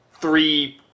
three